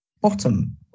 bottom